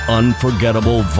unforgettable